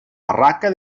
barraca